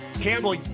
Campbell